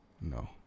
No